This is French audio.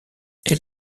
elle